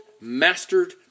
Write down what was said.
mastered